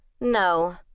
No